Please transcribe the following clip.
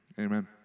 Amen